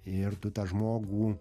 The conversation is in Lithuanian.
ir tu tą žmogų